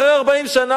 אחרי 40 שנה,